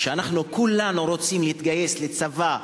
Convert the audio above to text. שאנחנו כולנו רוצים להתגייס לצבא,